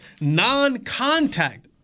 non-contact